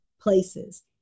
places